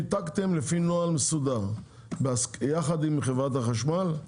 ניתקתם לפי נוהל מסודר יחד עם חברת החשמל.